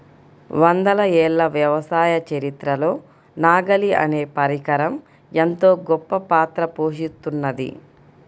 వందల ఏళ్ల వ్యవసాయ చరిత్రలో నాగలి అనే పరికరం ఎంతో గొప్పపాత్ర పోషిత్తున్నది